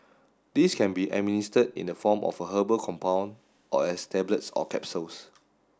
these can be administered in the form of a herbal compound or as tablets or capsules